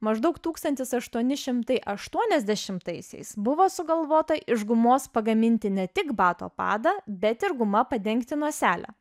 maždaug tūkstantis aštuoni šimtai aštuoniasdešimtaisiais buvo sugalvota iš gumos pagaminti ne tik bato padą bet ir guma padengti noselę